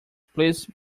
please